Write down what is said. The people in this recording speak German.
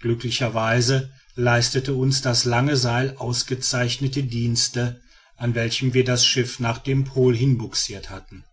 glücklicherweise leistete uns das lange seil ausgezeichnete dienste an welchem wir das schiff nach dem pol hinbugsiert hatten